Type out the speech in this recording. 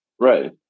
Right